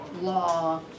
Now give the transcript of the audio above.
law